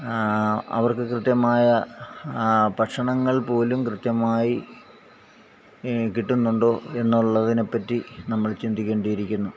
അവർക്ക് കൃത്യമായ ഭക്ഷണങ്ങൾ പോലും കൃത്യമായി കിട്ടൂന്നുണ്ടോ എന്നുള്ളതിനെ പറ്റി നമ്മള് ചിന്തിക്കേണ്ടിയിരിക്കുന്നു